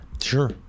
Sure